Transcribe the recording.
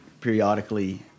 periodically